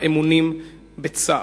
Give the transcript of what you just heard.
האמונים בצה"ל.